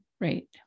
right